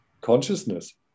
consciousness